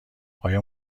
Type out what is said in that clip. آیا